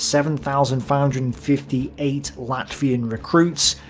seven thousand five hundred and fifty eight latvian recruits,